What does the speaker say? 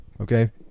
Okay